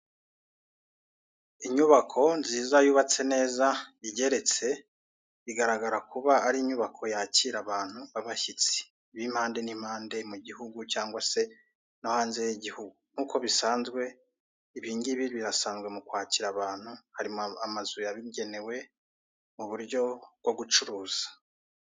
Inyubako nziza yubatse neza igeretse bigaragara kuba ari inyubako yakira abantu, abashyitsi b'impande n'impande mu gihugu cyangwa se no hanze y'igihugu, nkuko bisanzwe ibi ngibi birasanzwe mu kwakira abantu, hari amazu yabigenewe mu buryo bwo gucuruza.